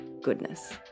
goodness